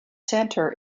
center